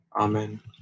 Amen